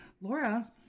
laura